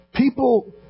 People